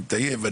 אני מטייב,